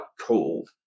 cold